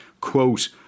quote